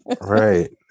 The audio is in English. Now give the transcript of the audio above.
right